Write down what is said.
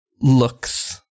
looks